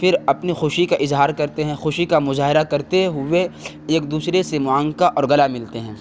پھر اپنی خوشی کا اظہار کرتے ہیں خوشی کا مظاہرہ کرتے ہوئے ایک دوسرے سے معانکہ اور گلا ملتے ہیں